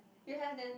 you have then